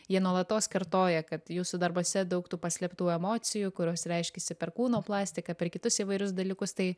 jie nuolatos kartoja kad jūsų darbuose daug tų paslėptų emocijų kurios reiškiasi per kūno plastiką per kitus įvairius dalykus tai